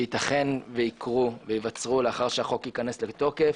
שייתכן שייווצרו לאחר שהחוק ייכנס לתוקף,